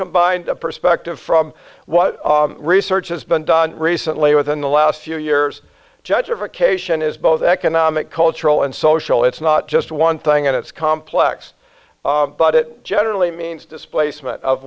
combined a perspective from what research has been done recently within the last few years judge occasion as both economic cultural and social it's not just one thing and it's complex but it generally means displacement of